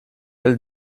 elle